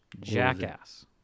jackass